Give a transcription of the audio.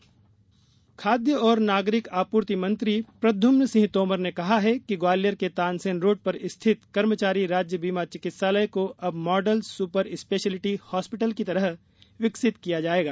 तोमर खाद्य और नागरिक आपूर्ति मंत्री प्रद्युम्न सिंह तोमर ने कहा है कि ग्वालियर के तानसेन रोड पर स्थित कर्मचारी राज्य बीमा चिकित्सालय को अब मॉडल सुपर स्पेशलिटी हॉस्पिटल की तरह विकसित किया जायेगा